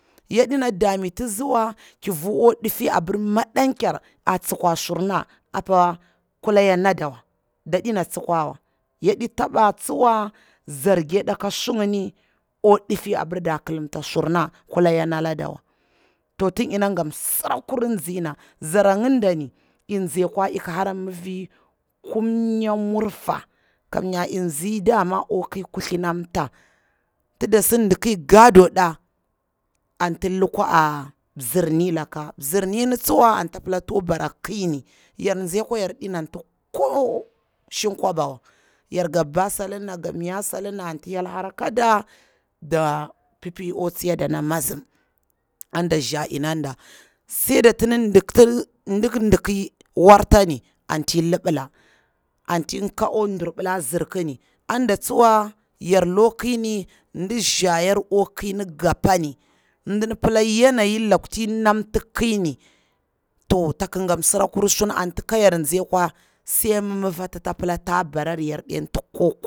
Yaɗina damititsiwa kiru akwa difi abirwa madanker a tsikwa surna apa kula ya ndadawa, da dina tsikwawa, yaɗi taba tsiwa zargida ka suginiwa, akwa difi abir nda kilimta surna wa kula ya ndada wa, to tin yara nga msira kurir tsina, zara ngindani i tsikwa ik hara mafi kumnya murfa, kamnya i tsi dama akwa kir kuthli na mta tida si diki gado nda anti lukwa a mzirni laka, mzirni tsuwa anti to pila ta kwa bara ƙiyni, yar tsi akwa yar ɗina ti ko kwabawa, yar ga baba salina ga maya sdina anti hyel hara ka da, da pipi akwa tsaida na mazim, anda nza ina da, saida diki dikiyi wartani anti libila anti ka akwa durbila nzirki ni, ada tsuwa yar lukwa kini ndi za yarua kwa kini gapani mdin pila yanayin yarda ti namti kiyni to tak gatimsirakur, shur anti kayar tsikwa se mumvatuta pula gapan.